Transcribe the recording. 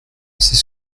c’est